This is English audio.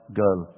girl